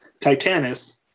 Titanus